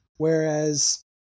Whereas